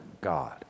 God